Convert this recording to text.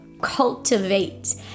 cultivate